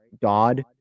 Dodd